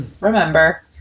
remember